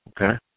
Okay